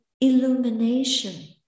Illumination